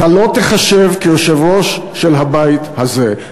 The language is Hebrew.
אתה לא תיחשב יושב-ראש של הבית הזה.